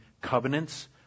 covenants